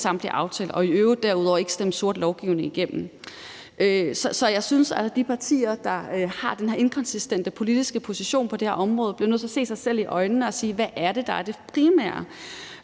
samtlige aftaler, og i øvrigt derudover ikke stemte sort lovgivning igennem. Så jeg synes, at de partier, der har den her inkonsistente politiske position på det her område bliver nødt til at se sig selv i øjnene og sige: Hvad er det, der er det primære?